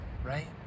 right